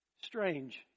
Strange